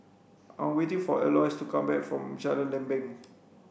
I'm waiting for Eloise to come back from Jalan Lempeng